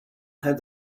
had